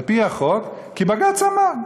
על-פי החוק, כי בג"ץ אמר.